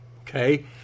okay